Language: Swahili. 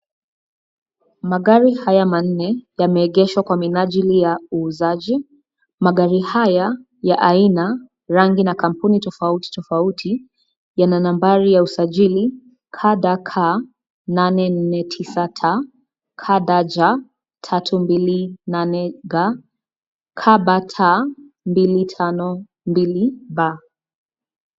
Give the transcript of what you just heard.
Magari haya manne yameegeshwa kwa minajili ya uuzaji. Magari haya ya aina, rangi na kampuni tofauti, tofauti yana nambari ya usajili KDC 849T, KDJ 328G, KBT 252B.